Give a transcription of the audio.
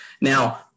now